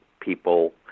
people